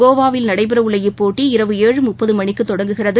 கோவாவில் நடைபெறவுள்ள இப்போட்டி இரவு ஏழு முப்பதுமணிக்குதொடங்குகிறது